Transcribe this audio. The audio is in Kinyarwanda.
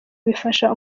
bifasha